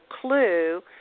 clue